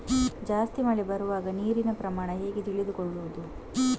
ಜಾಸ್ತಿ ಮಳೆ ಬರುವಾಗ ನೀರಿನ ಪ್ರಮಾಣ ಹೇಗೆ ತಿಳಿದುಕೊಳ್ಳುವುದು?